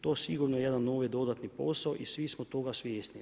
To je sigurno jedan novi dodatni posao i svi smo toga svjesni.